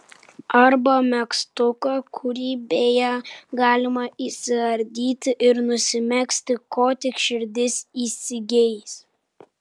arba megztuką kurį beje galima išsiardyti ir nusimegzti ko tik širdis įsigeis